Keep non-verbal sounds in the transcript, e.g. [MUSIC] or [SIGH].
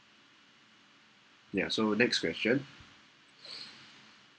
ya so next question [BREATH]